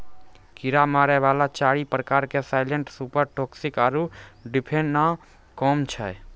कीड़ा मारै वाला चारि प्रकार के साइलेंट सुपर टॉक्सिक आरु डिफेनाकौम छै